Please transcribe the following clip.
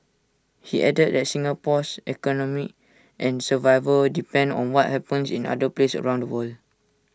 he added that Singapore's economy and survival depend on what happens in other places around the world